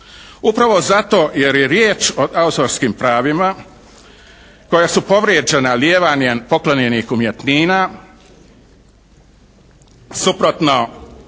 Upravo zato jer je riječ o autorskim pravima koja su povrijeđena lijevanjem poklonjenih umjetnina suprotno